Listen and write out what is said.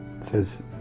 says